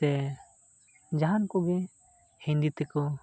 ᱥᱮ ᱡᱟᱦᱟᱱ ᱠᱚᱜᱮ ᱦᱤᱱᱫᱤ ᱛᱮᱠᱚ